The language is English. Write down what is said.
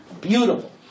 Beautiful